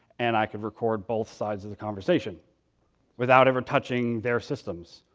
and i could record both sides of the conversation without ever touching their systems.